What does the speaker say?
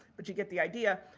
but, you get the idea.